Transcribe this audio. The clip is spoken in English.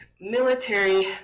military